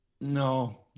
no